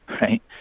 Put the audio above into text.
right